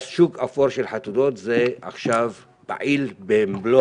אז שוק אפור של חתונות עכשיו פעיל במלוא